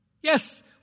Yes